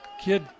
Kid